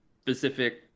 specific